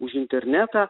už internetą